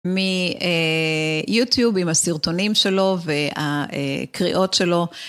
מיוטיוב עם הסרטונים שלו והקריאות שלו.